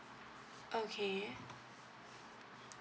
okay